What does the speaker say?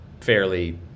fairly